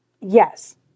yes